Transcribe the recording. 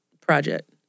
project